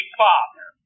father